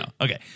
Okay